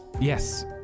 Yes